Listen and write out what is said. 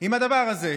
עם הדבר הזה?